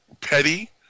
petty